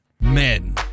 Men